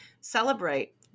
celebrate